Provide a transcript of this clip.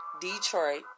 Detroit